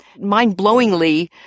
mind-blowingly